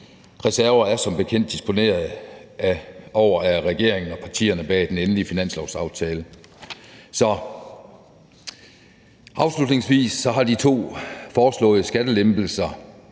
reserver er der som bekendt disponeret over af regeringen og partierne bag den endelige finanslovsaftale. Så afslutningsvis vil jeg sige, at de to foreslåede skattelempelser